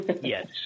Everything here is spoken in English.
yes